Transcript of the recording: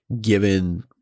given